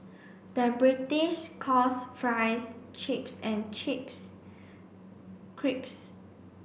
the British calls fries chips and chips